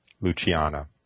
Luciana